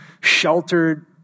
sheltered